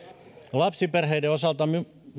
lapsiperheiden osalta